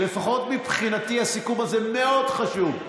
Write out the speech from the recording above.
לפחות מבחינתי הסיכום הזה חשוב מאוד.